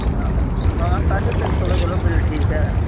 ਹਾਂ ਅੱਛਾ ਹਾਂ ਸਾਢੇ ਛੇ ਸੌ ਤਾਂ ਚਲੋ ਬਿੱਲ ਠੀਕ ਹੈ